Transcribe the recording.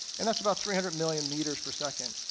and that's about three hundred million meters per second.